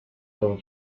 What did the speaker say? con